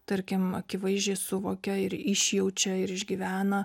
tarkim akivaizdžiai suvokia ir išjaučia ir išgyvena